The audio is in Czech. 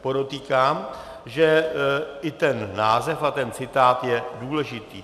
Podotýkám, že i ten název a citát je důležitý.